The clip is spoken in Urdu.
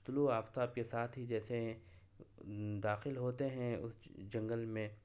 طلوع آفاتب کے ساتھ ہی جیسے داخل ہوتے ہیں اس جنگل میں